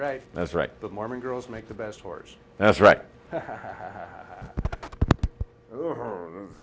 right that's right the mormon girls make the best whores that's right